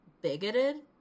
bigoted